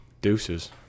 deuces